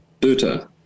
Buddha